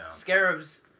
Scarabs